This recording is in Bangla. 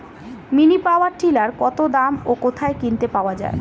মিনি পাওয়ার টিলার কত দাম ও কোথায় কিনতে পাওয়া যায়?